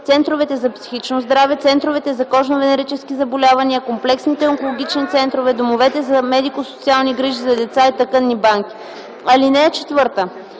центровете за психично здраве, центровете за кожно-венерически заболявания, комплексните онкологични центрове, домовете за медико-социални грижи за деца и тъканните банки. (4) Лечебното